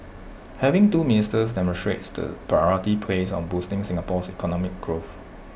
having two ministers demonstrates the priority placed on boosting Singapore's economic growth